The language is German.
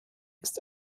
ist